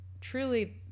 truly